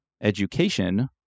education